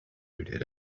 did